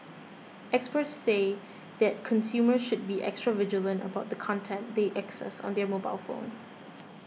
experts say that consumers should be extra vigilant about the content they access on their mobile phone